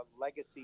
legacy